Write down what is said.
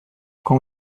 com